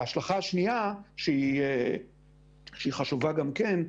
ההשלכה השנייה שהיא חשובה גם כן,